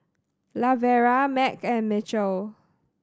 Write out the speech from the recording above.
Lavera Mack and Mitchell